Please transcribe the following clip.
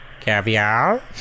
caviar